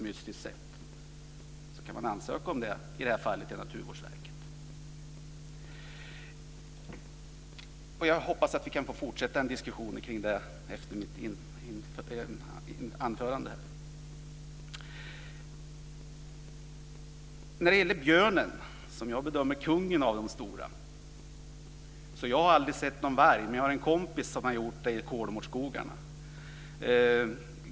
Man kan ansöka om detta hos Naturvårdsverket. Jag hoppas att vi kan fortsätta diskussionen om detta efter mitt anförande här. Jag anser att björnen är kungen bland de stora djuren. Jag har aldrig sett någon varg, men jag har en kompis som har gjort det i Kolmårdsskogarna.